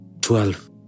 twelve